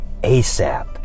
ASAP